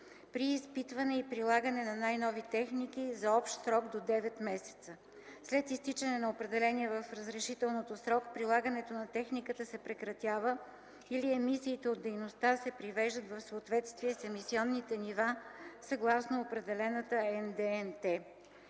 при изпитване и прилагане на най-нови техники за общ срок до 9 месеца. След изтичане на определения в разрешителното срок прилагането на техниката се прекратява или емисиите от дейността се привеждат в съответствие с емисионните нива съгласно определената НДНТ.